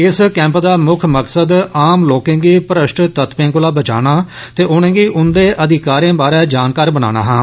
इस कैंप दा मुक्ख मकसद आम लोकें गी भ्रष्ट तत्वें कोला बचाना ते उनें'गी उंदे अधिकारें बारै जानकार बनाना हा